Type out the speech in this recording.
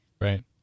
Right